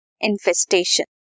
infestation